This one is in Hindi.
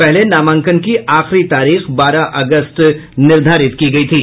पहले नामांकन की आखिरी तारीख बारह अगस्त निर्धारित की गई थी